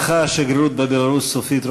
הלכה השגרירות בבלרוס סופית.